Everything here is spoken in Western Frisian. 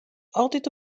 altyd